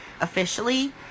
officially